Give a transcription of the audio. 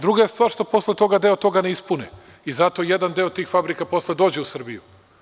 Druga je stvar što posle toga deo toga ne ispune i zato jedan deo tih fabrika posle dođe u Srbiju.